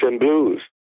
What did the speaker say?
Blues